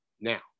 Now